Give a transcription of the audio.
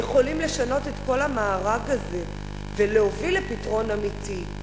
יכולים לשנות את כל המארג הזה ולהוביל לפתרון אמיתי.